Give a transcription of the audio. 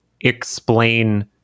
explain